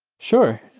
sure.